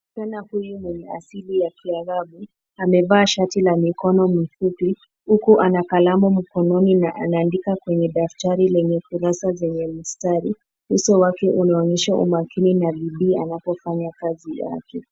Kijana huyu mwenye asili ya kiarabu amevaa shati la mikono mifupi huku ana kalamu mkononi na anaandika kwenye daftari lenye kurasa zenye mistari. Uso wake unaonyesha umakini na bidii anapofanya kazi yake.